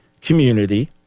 community